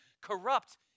corrupt